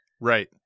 Right